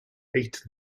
eight